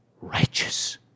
Righteous